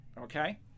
Okay